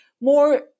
more